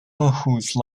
whose